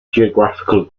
geographical